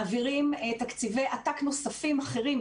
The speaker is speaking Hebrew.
מעבירים תקציבי עתק נוספים אחרים.